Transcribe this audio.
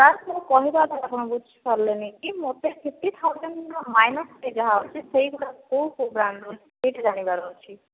sir ମୁଁ କହିବା କଥା ଆପଣ ବୁଝି ପାରିଲେନି କି ମୋତେ ଫିପ୍ଟି ଥାଉଜାଣ୍ଡ ର ମାଇନସ୍ ରେ ଯାହା ଅଛି ସେହି ଗୁଡ଼ାକ କେଉଁ କେଉଁ ବ୍ରାଣ୍ଡ ସେହିଟା ଜାଣିବାର ଅଛି